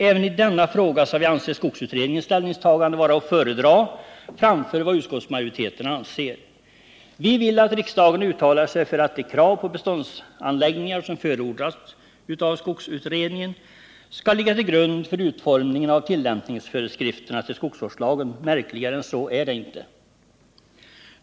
Även i denna fråga har vi ansett skogsutredningens ställningstagande vara att föredra framför vad utskottsmajoriteten anser. Vi vill att riksdagen uttalar sig för att de krav på beståndsanläggningar som förordats av skogsutredningen skall ligga till grund för utformningen av tillämpningsföreskrifterna till skogsvårdslagen — märkligare än så är det inte.